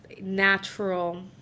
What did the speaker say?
natural